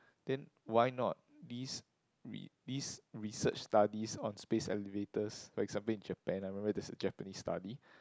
then why not these re~ these research studies on space elevators for example in Japan I remember there's a Japanese study